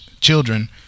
children